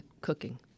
cooking